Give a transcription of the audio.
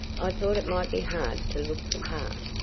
i thought it might be hard to look the part.